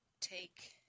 take